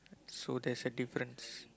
so there's a difference